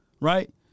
right